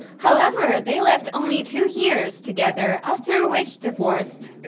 however, they lived only two years together after which divorced.